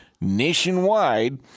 Nationwide